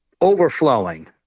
overflowing